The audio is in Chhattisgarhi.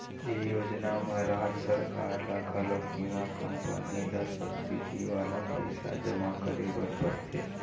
ए योजना म राज सरकार ल घलोक बीमा कंपनी ल सब्सिडी वाला पइसा जमा करे बर परथे